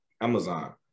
Amazon